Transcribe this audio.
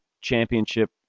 championship